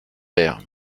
père